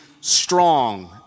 strong